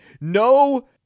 no